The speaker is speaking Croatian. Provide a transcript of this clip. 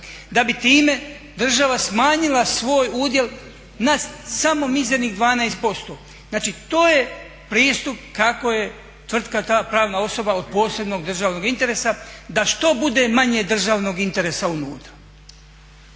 da bi time država smanjila svoj udjel na samo mizernih 12%. Znači to je pristup kako je tvrtka ta pravna osoba od posebnog državnog interesa da što bude manje državnog interesa unutra.